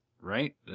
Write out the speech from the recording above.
right